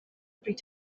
bryd